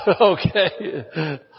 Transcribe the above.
Okay